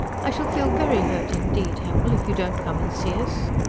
i shall feel very hurt indeed, hempel, if you don't come and see us.